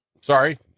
Sorry